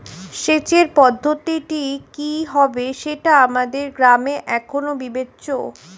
সেচের পদ্ধতিটি কি হবে সেটা আমাদের গ্রামে এখনো বিবেচ্য